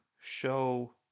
show